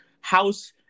House